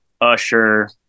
Usher